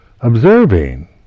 observing